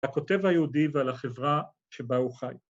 ‫על הכותב היהודי ועל החברה שבה הוא חי.